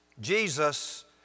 Jesus